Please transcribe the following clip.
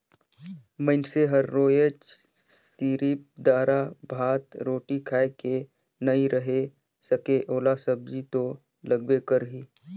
मइनसे हर रोयज सिरिफ दारा, भात, रोटी खाए के नइ रहें सके ओला सब्जी तो लगबे करही